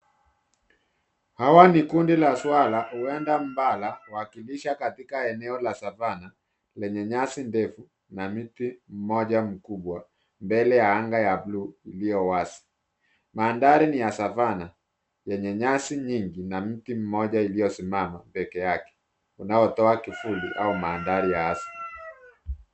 Hawa ni kundi la swara huenda mbala wakilisha katika eneo la Savanna lenye nyasi ndefu na mti mmoja mkubwa mbele ya anga ya bluu iliowazi, maadhari ni ya Savanna lenye nyasi nyingi na mti mmoja uliosiosimama pekee yake unaotoa kivuli au maadhari ya asili.